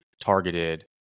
targeted